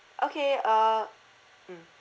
okay uh mm